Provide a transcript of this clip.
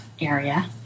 area